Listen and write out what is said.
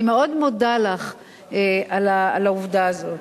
אני מאוד מודה לך על העובדה הזאת.